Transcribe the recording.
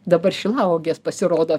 dabar šilauogės pasirodo